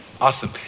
Awesome